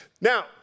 Now